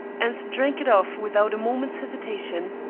and drank it off without a moment's hesitation.